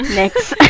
next